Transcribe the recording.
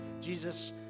Jesus